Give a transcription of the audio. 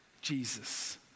Jesus